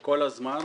כל הזמן.